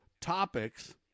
topics